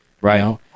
right